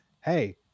hey